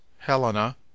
Helena